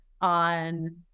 on